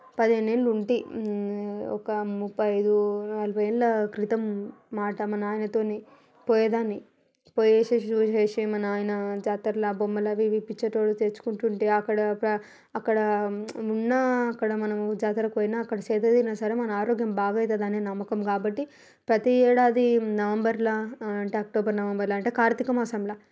పదిహేనేళ్ళు ఉంటి ఒక ముప్పై ఐదు నలభై ఏళ్ళ క్రితం మాట మా నాయనతో పోయేదాన్ని పోయి చూసేసి మా నాయన జాతరలో బొమ్మలు అవీ ఇవీ ఇప్పించేవాడు తెచ్చుకొనేదాన్ని అక్కడ అక్కడ ఉన్న అక్కడ మనము జాతరకి పోయినా అక్కడ సేదతీరినా సరే మన ఆరోగ్యం బాగవుతుందనే నమ్మకం కాబట్టి ప్రతీ ఏడాది నవంబర్లో అంటే అక్టోబర్ నవంబర్లో అంటే కార్తీక మాసంలో